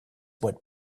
what